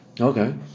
Okay